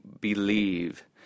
believe